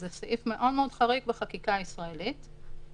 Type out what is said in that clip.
זה סעיף מאוד חריף בחקיקה הישראלית.